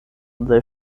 they